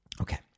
Okay